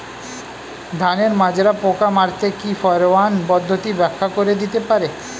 ধানের মাজরা পোকা মারতে কি ফেরোয়ান পদ্ধতি ব্যাখ্যা করে দিতে পারে?